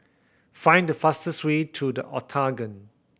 find the fastest way to The Octagon